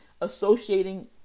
associating